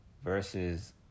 versus